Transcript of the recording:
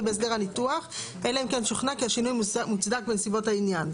בהסדר הניתוח אלא אם כן שוכנע כי השינוי מוצדק בנסיבות העניין'.